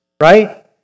right